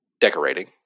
decorating